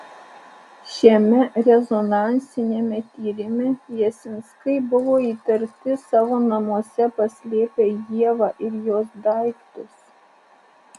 šiame rezonansiniame tyrime jasinskai buvo įtarti savo namuose paslėpę ievą ir jos daiktus